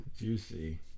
Juicy